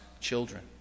children